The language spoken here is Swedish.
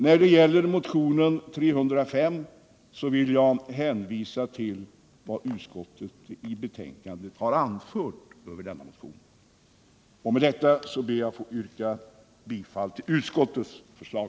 När det gäller motionen 305 vill jag hänvisa till vad utskottet har anfört i betänkandet. Herr talman! Med detta ber jag att få yrka bifall till utskottets hemställan.